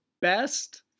best